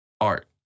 art